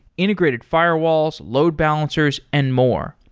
integrated firewalls, load balancers and more.